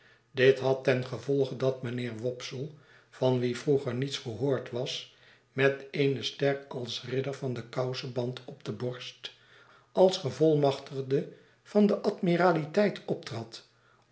dit had ten gevolge dat mijnheer wopsle van wien vroeger niets gehqord was met eene ster als ridder van den kouseband op de borst als gevolmachtigde van de admiraliteit